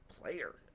player